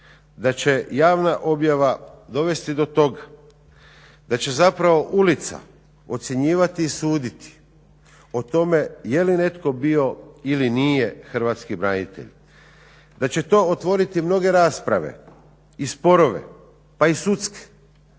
da će javna objava dovesti do tog da će zapravo ulica ocjenjivati i suditi o tome je li netko bio ili nije hrvatski branitelj, da će to otvoriti mnoge rasprave i sporove, pa i sudske